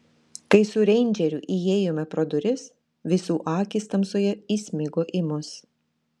kai su reindžeriu įėjome pro duris visų akys tamsoje įsmigo į mus